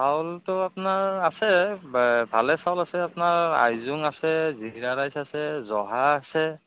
চাউলটো আপোনাৰ আছে ভালেই চাউল আছে আপোনাৰ আইজং আছে জিৰা ৰাইচ আছে জহা আছে